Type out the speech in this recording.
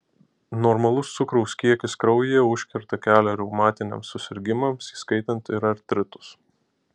normalus cukraus kiekis kraujyje užkerta kelią reumatiniams susirgimams įskaitant ir artritus